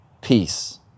peace